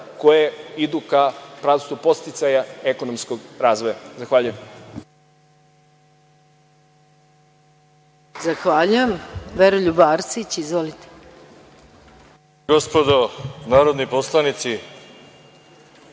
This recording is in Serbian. mera idu u pravcu podsticaja ekonomskog razvoja. Zahvaljujem.